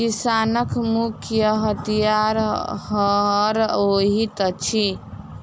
किसानक मुख्य हथियार हअर होइत अछि